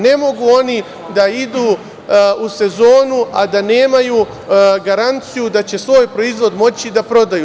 Ne mogu oni da idu u sezonu a da nemaju garanciju da će svoj proizvod moći da prodaju.